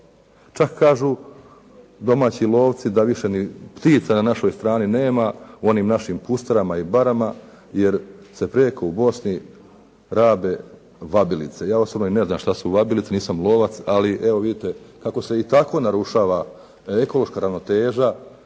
Čak kažu domaći lovci da više ni ptica na našoj strani nema u onim našim pustarama i barama jer se preko u Bosni rabe vabilice, ja osobno i ne znam što su vabilice, nisam lovac, ali evo vidite kako se i tako narušava ekološka ravnoteža